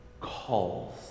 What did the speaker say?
calls